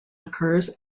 occurs